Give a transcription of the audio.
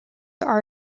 are